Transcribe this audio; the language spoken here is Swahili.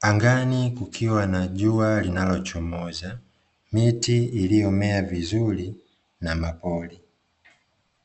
angani kukiwa na jua linalochomoza, miti iliyomea vizuri na mapori.